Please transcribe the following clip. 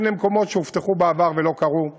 כל מיני מקומות שהובטחו בעבר ולא קרו,